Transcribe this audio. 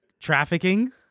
trafficking